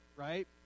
Right